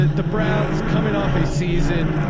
ah the brown's coming off, a seasoned,